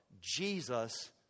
Jesus